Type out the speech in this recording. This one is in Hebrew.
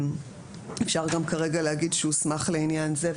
אפשר גם כרגע להגיד שהוסמך לעניין זה,